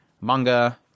manga